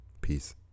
Peace